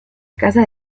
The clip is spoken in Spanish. casa